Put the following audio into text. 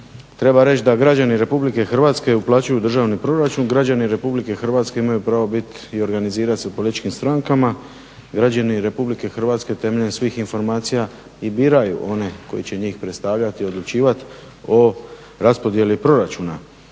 treba reći da građani RH uplaćuju u državni proračun, građani RH imaju pravo biti i organizirati se u političkim strankama, građani RH temeljem svih informacija i biraju one koji će njih predstavljati i odlučivati o raspodjeli proračuna.